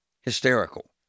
hysterical